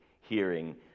hearing